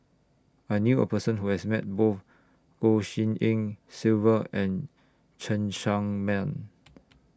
I knew A Person Who has Met Both Goh Tshin En Sylvia and Cheng Tsang Man